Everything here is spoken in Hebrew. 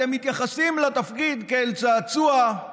אתם מתייחסים לתפקיד כאל צעצוע,